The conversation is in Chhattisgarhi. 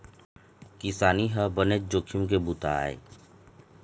किसानी ह बनेच जोखिम के बूता आय